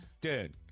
dude